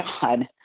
God